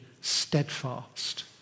steadfast